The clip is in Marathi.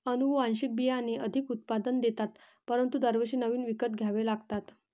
अनुवांशिक बियाणे अधिक उत्पादन देतात परंतु दरवर्षी नवीन विकत घ्यावे लागतात